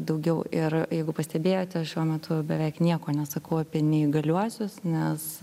daugiau ir jeigu pastebėjote šiuo metu beveik nieko nesakau apie neįgaliuosius nes